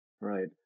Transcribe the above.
right